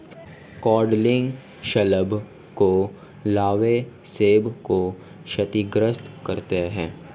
codling शलभ के larvae सेब को क्षतिग्रस्त करते है